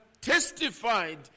testified